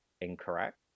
incorrect